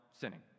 sinning